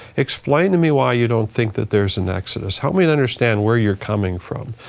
explain to me why you don't think that there's an exodus. help me to understand where you're coming from.